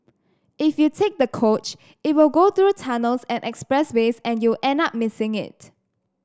if you take the coach it will go through tunnels and expressways and you'll end up missing it